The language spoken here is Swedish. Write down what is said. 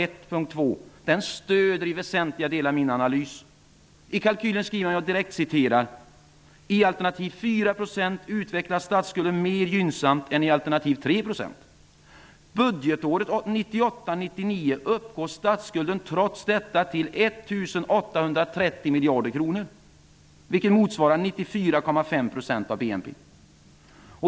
1.2, stöder i väsentliga delar min analys. I kalkylen skriver man följande: ''I alternativ 4 % utvecklas statsskulden mer gynnsamt än i alternativ 3 %. Budgetåret 1998/99 uppgår statsskulden trots detta till 1 830 miljarder kronor, vilket motsvarar 94,5 % av BNP.''